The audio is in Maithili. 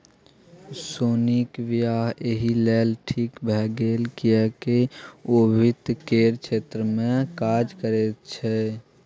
सोनीक वियाह एहि लेल ठीक भए गेल किएक ओ वित्त केर क्षेत्रमे काज करैत छलीह